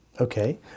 Okay